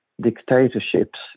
dictatorships